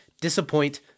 disappoint